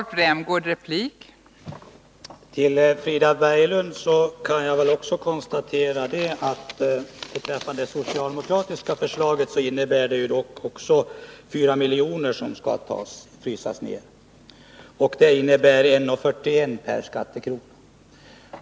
Fru talman! Jag kan konstatera att det socialdemokratiska förslaget medför att 4 milj.kr. skall frysas ned, vilket innebär 1:41 kr. per skattekrona.